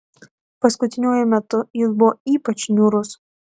paskutiniuoju metu jis buvo ypač niūrus